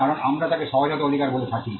কারণ আমরা তাকে সহজাত অধিকার বলে থাকি